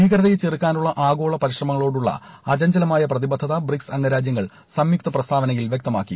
ഭീകരതയെ ചെറുക്കാനുള്ള ആഗ്നോള് പരിശ്രമങ്ങളോടുള്ള അചഞ്ചലമായ പ്രതിബദ്ധത ബ്രിക്സ് ആംഗരാജ്യങ്ങൾ സംയുക്ത പ്രസ്താവനയിൽ വ്യക്തമാക്കി